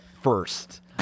first